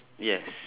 yes